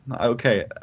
Okay